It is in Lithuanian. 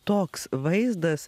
toks vaizdas